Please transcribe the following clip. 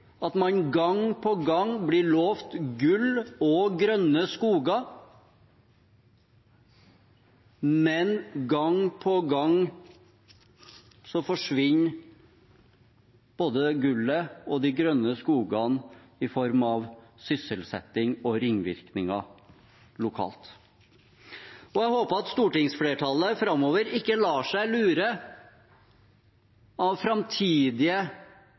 at man gang på gang blir lovet gull og grønne skoger, men gang på gang forsvinner både gullet og de grønne skogene i form av sysselsetting og ringvirkninger lokalt. Jeg håper at stortingsflertallet framover ikke lar seg lure av framtidige